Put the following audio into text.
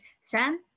Sam